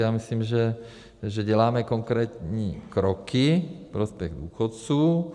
Já myslím, že děláme konkrétní kroky ve prospěch důchodců.